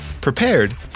prepared